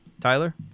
Tyler